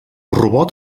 robot